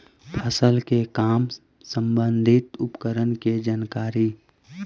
फसल के काम संबंधित उपकरण के जानकारी?